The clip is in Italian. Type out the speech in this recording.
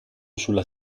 sulla